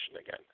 again